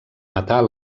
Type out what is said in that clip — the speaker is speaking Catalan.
matar